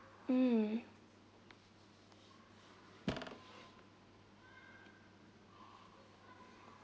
mm